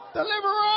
Deliver